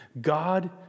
God